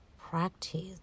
practice